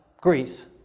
Greece